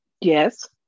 Yes